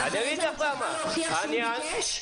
--- להוכיח שהוא ביקש?